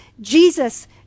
Jesus